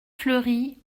fleury